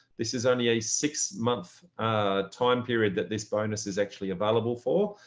this is only a six month time period that this bonus is actually available for.